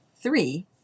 three